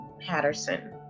Patterson